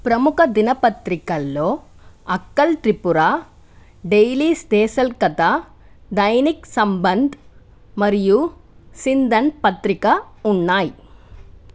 ప్రముఖ దినపత్రికల్లో అక్కల్ త్రిపుర డైలీ దేశల్ కథ దైనిక్ సంబంధ్ మరియు సిందన్ పత్రిక ఉన్నాయి